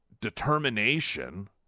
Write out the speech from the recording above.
determination